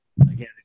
again